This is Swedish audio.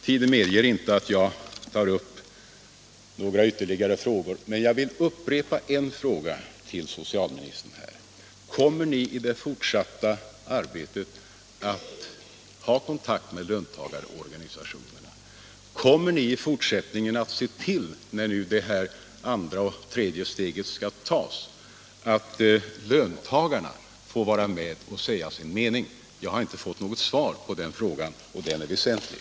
Tiden medger inte att jag tar upp några ytterligare frågor. Jag vill emellertid upprepa en fråga till socialministern: Kommer ni i det fortsatta arbetet att ha kontakt med löntagarorganisationerna? Kommer ni i fortsättningen att se till, när det andra och det tredje steget skall tas, att löntagarna får vara med och säga sin mening? Jag har inte fått något svar på den frågan, men den är väsentlig.